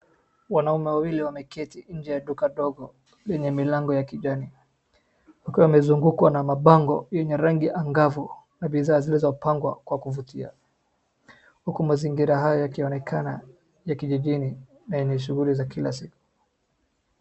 Wanaume wawili wameketi nje ya duka ndogo yenye milango ya kijani wakiwa wamezungukwa na mabango yenye rangi ya ngavu na bidhaa zilizopangwa na kuvutia huku mazingira hayo yakionekana ya kijijini na yenye shughuli za kila siku.